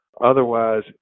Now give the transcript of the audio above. Otherwise